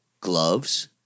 gloves